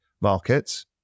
markets